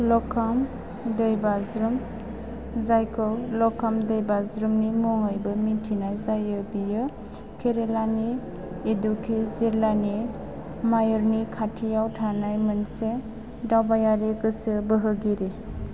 लक्कम दैबाज्रुम जायखौ लक्काम दैबाज्रुमनि मुङैबो मिथिनाय जायो बेयो केरेलानि इडुक्की जिल्लानि मायुरनि खाथियाव थानाय मोनसे दावबायारि गोसो बोहोगिरि